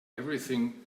everything